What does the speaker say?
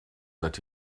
that